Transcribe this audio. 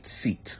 seat